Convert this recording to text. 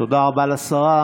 תודה רבה לשרה.